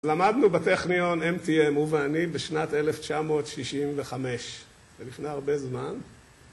למדנו בטכניון MTM, הוא ואני, בשנת 1965, זה לפני הרבה זמן.